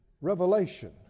Revelation